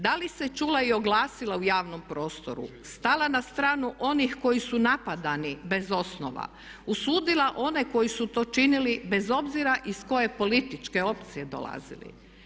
Da li se čula i oglasila u javnom prostoru, stala na stranu onih koji su napadani bez osnova, usudila one koji su to činili bez obzira iz koje političke opcije dolazili.